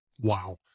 Wow